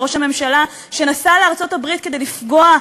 ראש הממשלה שנסע לארצות-הברית כדי לפגוע,